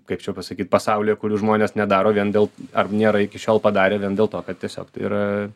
kaip čia pasakyt pasaulyje kurių žmonės nedaro vien dėl ar nėra iki šiol padarę vien dėl to kad tiesiog tai yra